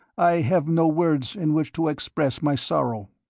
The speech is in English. i have no words in which to express my sorrow.